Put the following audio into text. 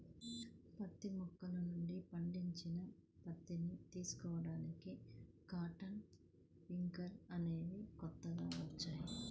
పత్తి మొక్కల నుండి పండిన పత్తిని తీసుకోడానికి కాటన్ పికర్ అనేవి కొత్తగా వచ్చాయి